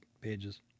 pages